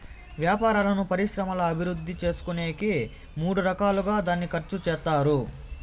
వ్యాపారాలను పరిశ్రమల అభివృద్ధి చేసుకునేకి మూడు రకాలుగా దాన్ని ఖర్చు చేత్తారు